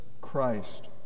Christ